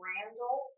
Randall